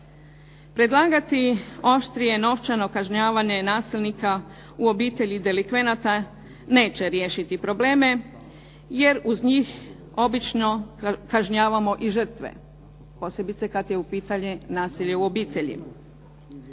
Predlagati oštrije novčano kažnjavanje nasilnika u obitelji delikvenata neće riješiti probleme jer uz njih obično kažnjavamo i žrtve, posebice kad je u pitanju nasilje u obitelji.